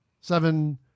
seven